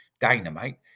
dynamite